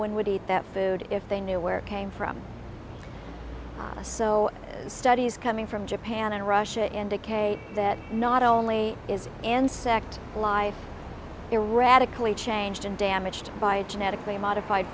one would eat that food if they knew where it came from so studies coming from japan and russia indicate that not only is an sect live a radically changed and damaged by genetically modified